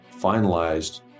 finalized